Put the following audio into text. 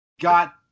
got